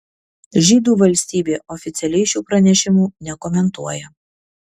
žydų valstybė oficialiai šių pranešimų nekomentuoja